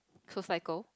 to cycle